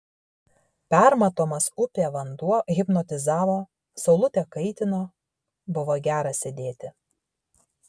permatomas upė vanduo hipnotizavo saulutė kaitino buvo gera sėdėti